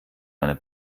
einer